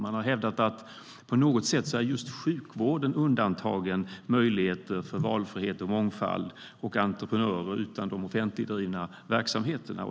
Man har hävdat att sjukvården på något sätt är undantagen möjligheter till valfrihet och mångfald och entreprenörer utanför de offentligdrivna verksamheterna.